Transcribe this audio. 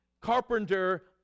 carpenter